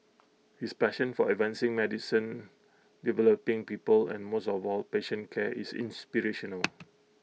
his passion for advancing medicine developing people and most of all patient care is inspirational